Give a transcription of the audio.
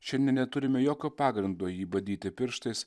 šiandien neturime jokio pagrindo jį badyti pirštais